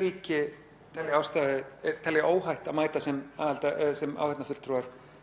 Holland mætti eftir að þingið